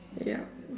yup